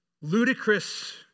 ludicrous